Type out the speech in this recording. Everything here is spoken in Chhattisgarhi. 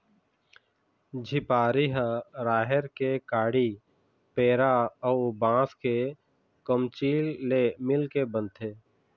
झिपारी ह राहेर के काड़ी, पेरा अउ बांस के कमचील ले मिलके बनथे